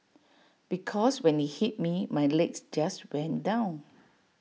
because when IT hit me my legs just went down